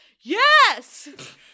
yes